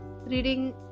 reading